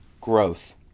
growth